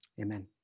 Amen